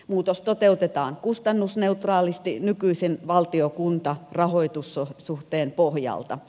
muutos toteutetaan kustannusneutraalisti nykyisen valtiokunta rahoitussuhteen pohjalta